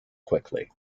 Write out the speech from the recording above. quickly